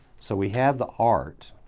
so we have the art,